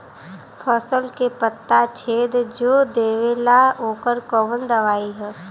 फसल के पत्ता छेद जो देवेला ओकर कवन दवाई ह?